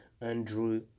Andrew